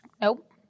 Nope